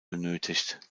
benötigt